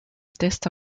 testa